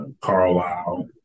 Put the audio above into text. Carlisle